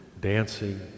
dancing